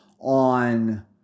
on